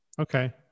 Okay